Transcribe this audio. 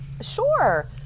Sure